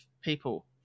people